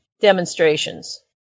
demonstrations